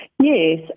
Yes